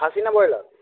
খাসি না ব্রয়লার